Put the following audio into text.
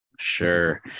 Sure